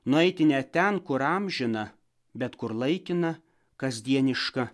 nueiti ne ten kur amžina bet kur laikina kasdieniška